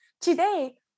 today